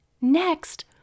Next